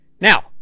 Now